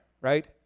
right